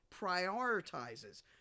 prioritizes